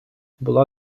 була